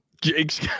jake's